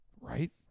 right